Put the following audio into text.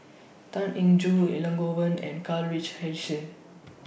Tan Eng Joo Elangovan and Karl Richard